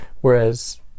Whereas